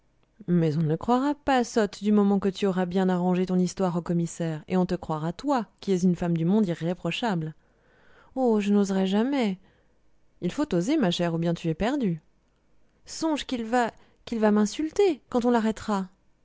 mais on ne le croira pas sotte du moment que tu auras bien arrangé ton histoire au commissaire et on te croira toi qui es une femme du monde irréprochable oh je n'oserai jamais il faut oser ma chère ou bien tu es perdue songe qu'il va qu'il va m'insulter quand on l'arrêtera